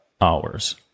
hours